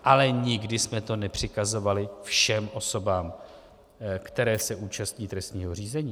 Ale nikdy jsme to nepřikazovali všem osobám, které se účastní trestního řízení.